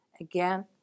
Again